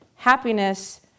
Happiness